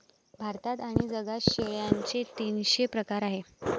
भारतात आणि जगात शेळ्यांचे तीनशे प्रकार आहेत